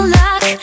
luck